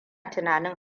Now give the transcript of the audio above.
tunanin